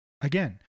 Again